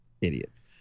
idiots